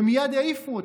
ומייד העיפו אותו.